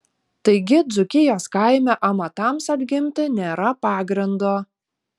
taigi dzūkijos kaime amatams atgimti nėra pagrindo